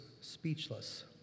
speechless